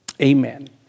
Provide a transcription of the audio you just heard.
Amen